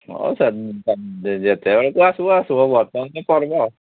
ହଁ same same ଯେ ଯେତେବେଳେ ଯିଏ ଆସିବ ଆସିବ କରିବ